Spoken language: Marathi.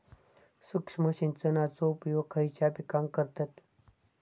सूक्ष्म सिंचनाचो उपयोग खयच्या पिकांका करतत?